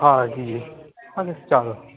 હા જી જી હા ને ચાલો